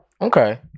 okay